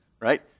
right